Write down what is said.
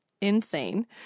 insane